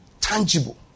Tangible